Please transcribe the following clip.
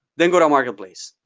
then go to a marketplace.